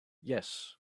yes